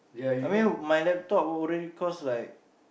I mean my laptop already cause like